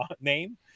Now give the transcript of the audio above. name